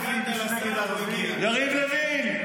--- יריב לוין,